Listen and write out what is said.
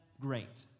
great